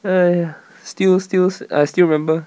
!aiya! still still I still remember